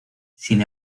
sin